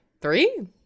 three